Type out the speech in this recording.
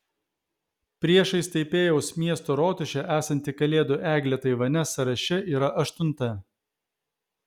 priešais taipėjaus miesto rotušę esanti kalėdų eglė taivane sąraše yra aštunta